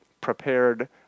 prepared